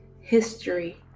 history